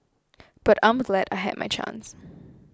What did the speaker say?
but I'm glad I had my chance